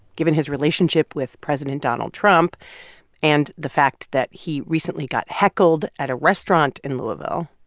given his relationship with president donald trump and the fact that he recently got heckled at a restaurant in louisville.